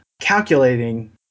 calculating